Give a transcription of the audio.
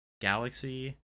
galaxy